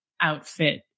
outfit